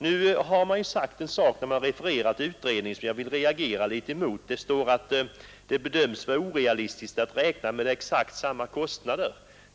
När utskottet refererar till nämnda utredning säger utskottet emellertid någonting som jag har reagerat mot. Det står i betänkandet att det bedöms som orealistiskt att räkna med exakt samma kostnader.